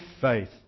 faith